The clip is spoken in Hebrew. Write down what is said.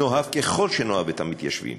נאהב ככל שנאהב את המתיישבים